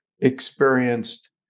experienced